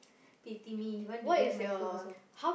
pity me he want to grab my food also